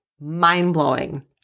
mind-blowing